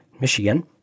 Michigan